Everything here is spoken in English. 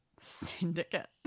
Syndicate